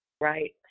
right